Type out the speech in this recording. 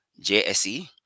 JSE